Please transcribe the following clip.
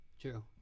True